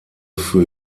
für